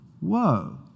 Whoa